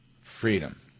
Freedom